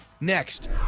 Next